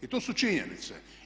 I to su činjenice.